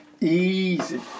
easy